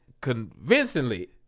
convincingly